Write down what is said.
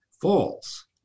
false